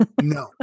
No